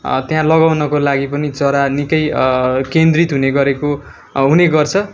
त्यहाँ लगाउनु लागि पनि चरा निकै केन्द्रित हुने गरेको हुने गर्छ